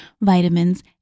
vitamins